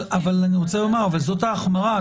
אבל זאת ההחמרה.